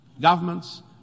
Governments